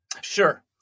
Sure